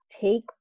take